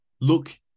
look